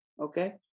Okay